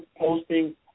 posting